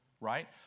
right